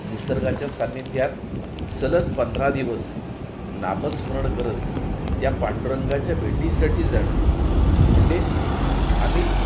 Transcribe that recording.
निसर्गाच्या सानिध्यात सलग पंधरा दिवस नामस्मरण करत त्या पांडुरंगाच्या भेटीसाठी जाणं म्हंडे आम्ही